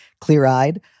clear-eyed